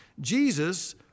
Jesus